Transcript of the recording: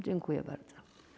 Dziękuję bardzo.